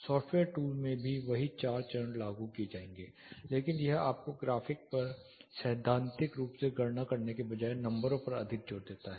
software tool में भी वही चार चरण लागू किए जाएंगे लेकिन यह आपको ग्राफिक पर सैद्धांतिक रूप से गणना करने की बजाय नंबरों पर अधिक जोर देता है